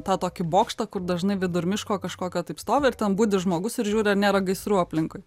tą tokį bokštą kur dažnai vidur miško kažkokio taip stovi ir ten budi žmogus ir žiūri ar nėra gaisrų aplinkui